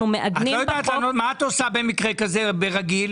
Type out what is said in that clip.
אנחנו מעגנים בחוק --- מה את עושה במקרה כזה ברגיל?